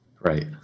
right